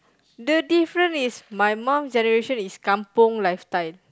the difference is my mum's generation is kampung lifestyle